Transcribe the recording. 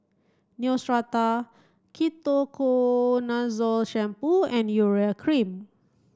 Neostrata Ketoconazole shampoo and Urea cream